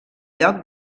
lloc